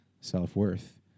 self-worth